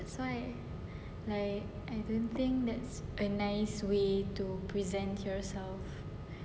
like I don't think that's a nice way to present yourself